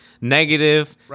negative